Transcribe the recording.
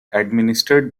administered